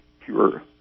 pure